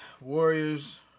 Warriors